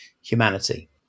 humanity